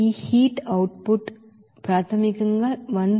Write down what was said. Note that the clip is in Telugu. ఈ హీట్ అవుట్ పుట్ ప్రాథమికంగా 1173